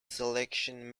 selection